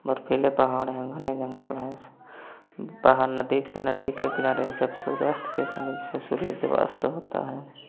बर्फीले पहाड़ हैं घने जंगल हैं बाहर नज़दीक नदी के किनारे जैसे अब सूर्यास्त के समय जैसे सूर्य जब अस्त होता है